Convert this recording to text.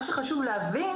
מה שחשוב להבין,